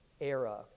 era